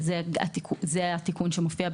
זה התיקון שמופיע,